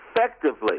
effectively